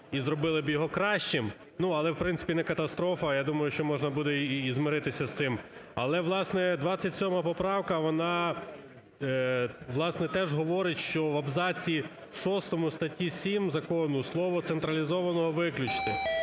і зробили б його кращим, але в принципі не катастрофа, я думаю, що можна буде і змиритися з цим. Але, власне, 27 поправка, вона, власне, теж говорить, що в абзаці шостому статті 7 Закону слово "централізованого" виключити.